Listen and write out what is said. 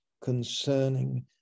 concerning